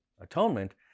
atonement